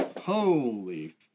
Holy